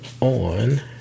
on